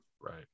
right